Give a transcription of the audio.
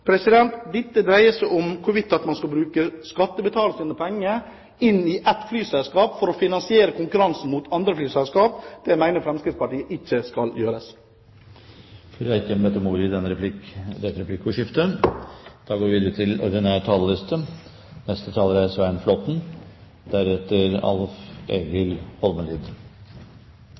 Dette dreier seg om hvorvidt man skal bruke skattebetalernes penger inn i ett flyselskap for å finansiere konkurransen mot andre flyselskap. Det mener Fremskrittspartiet ikke skal gjøres. Replikkordskiftet er omme. Høyre kommer denne gang ikke til å delta i